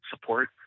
support